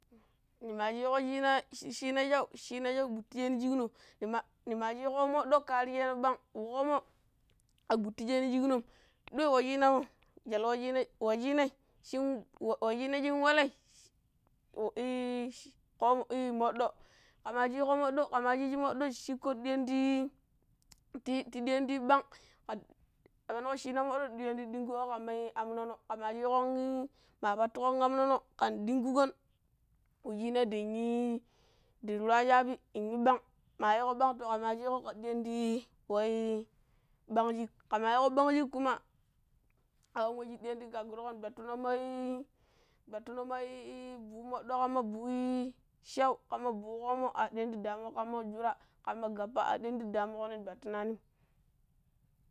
nima shiƙo shina shina shaw shan shaw gbutti sheeno̱ shikno̱ ne maa shiƙo wu mo̱ɗɗo̱ karijeeno̱ ɓang wu ƙoomo̱ a gbuttisheeno̱ shikno̱m ɗoi wucciinamo̱ jwal wuciina wuciinai shin wuciiina shin walai i ƙoomo̱ i-i mo̱ɗɗo̱ ke maa ciiƙo mo̱ɗɗo̱ ƙe maaa ci ciiji mo̱ɗɗo̱ shikko ta diya̱a̱a ni tii ta ɗiya̱a̱ni ta yu bang.k ƙe penukƙo ciina mo̱ɗɗo ta diyan ta ɗinka̱a̱ni ƙa amno̱no̱ ƙe maa ciiƙon u maa pattuƙon am lo̱no̱ maa dingkuo̱on wuciina ndang rwaa shaabi ndang nyu ba̱ang maa yiiko bang to ke ma ciiƙo kira diya̱n tai wai ɓang shikk. ƙe maa yiiƙo ɓang shikk kuma, aƙan we shir diya̱m ta gagurƙom gbattuno̱ mai gbattuno̱ mai buhu mo̱ɗɗo̱ ƙamma buhu shaw, ƙamma buhu ƙoomo̱ ar diya̱m ta damuƙom ƙamma w jura ƙamma gappa ar diya̱n ta danuƙo no̱ng gbattunanim.